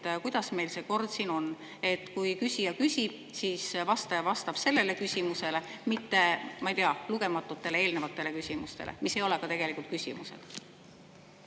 kuidas meil see kord siin on. Kui küsija küsib, siis vastaja vastab sellele küsimusele, mitte, ma ei tea, lugematutele eelnevatele küsimustele, mis ei olnud tegelikult ka küsimused.